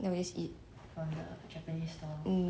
then we would just eat